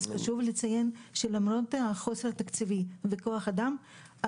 חשוב לי לציין שלמרות החוסר התקציבי בכוח האדם,